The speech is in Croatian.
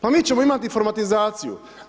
Pa mi ćemo imati informatizaciju.